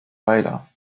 weiler